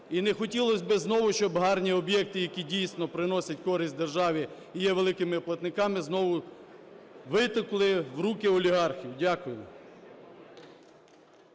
І не хотілось би знову, щоб гарні об'єкти, які дійсно приносять користь державі і є великими платниками, знову витекли в руки олігархів. Дякую.